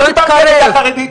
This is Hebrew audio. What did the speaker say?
לא דיברתי על העדה החרדית,